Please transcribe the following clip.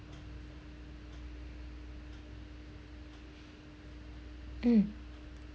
mm